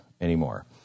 anymore